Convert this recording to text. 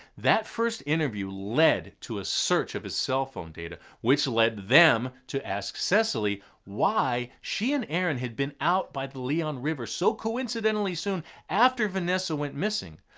that first interview led to a search of his cell phone data, which led them to ask cecily why she and aaron had been out by the leon river so coincidentally after vanessa went missing.